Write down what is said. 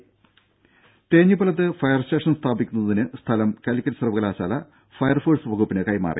ദേഴ തേഞ്ഞിപ്പലത്ത് fire station സ്ഥാപിക്കുന്നതിനായുള്ള സ്ഥലം കലിക്കറ്റ് സർവകലാശാല ഫയർഫോഴ്സ് വകുപ്പിന് കൈമാറി